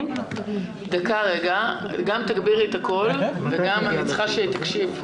אנחנו גם מנחים את המוקד שלנו לתת תשובות בהתאם.